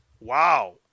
Wow